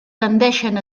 tendeixen